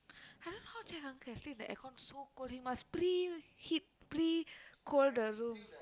I don't know how Jack uncle can sleep in the aircon so cold he must pre heat pre cold the room